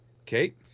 okay